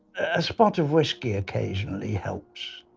a spot of whiskey occasionally helps.